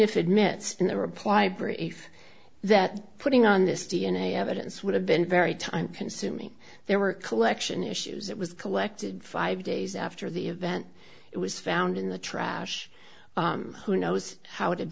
brief that putting on this d n a evidence would have been very time consuming there were collection issues that was collected five days after the event it was found in the trash who knows how it ha